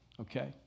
okay